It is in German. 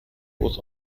los